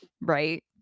right